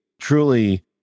truly